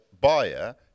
buyer